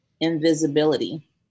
invisibility